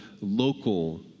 local